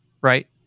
right